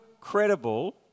credible